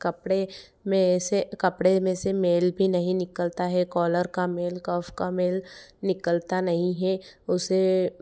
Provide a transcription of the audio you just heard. कपड़े में से कपड़े मे से मैल भी नहीं निकलता है कालर का मैल कफ का मैल निकलता नहीं है उससे